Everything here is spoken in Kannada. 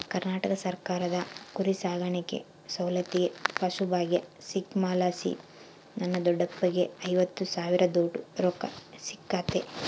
ಕರ್ನಾಟಕ ಸರ್ಕಾರದ ಕುರಿಸಾಕಾಣಿಕೆ ಸೌಲತ್ತಿಗೆ ಪಶುಭಾಗ್ಯ ಸ್ಕೀಮಲಾಸಿ ನನ್ನ ದೊಡ್ಡಪ್ಪಗ್ಗ ಐವತ್ತು ಸಾವಿರದೋಟು ರೊಕ್ಕ ಸಿಕ್ಕತೆ